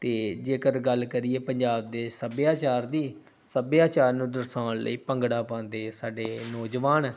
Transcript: ਅਤੇ ਜੇਕਰ ਗੱਲ ਕਰੀਏ ਪੰਜਾਬ ਦੇ ਸੱਭਿਆਚਾਰ ਦੀ ਸੱਭਿਆਚਾਰ ਨੂੰ ਦਰਸਾਉਣ ਲਈ ਭੰਗੜਾ ਪਾਉਂਦੇ ਸਾਡੇ ਨੌਜਵਾਨ